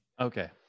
okay